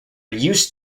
used